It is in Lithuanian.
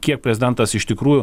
kiek prezidentas iš tikrųjų